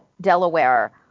Delaware